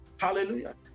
Hallelujah